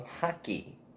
hockey